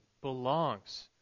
belongs